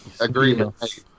Agreement